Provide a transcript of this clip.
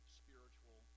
spiritual